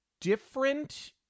different